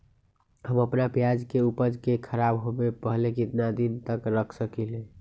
हम अपना प्याज के ऊपज के खराब होबे पहले कितना दिन तक रख सकीं ले?